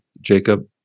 Jacob